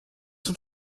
sont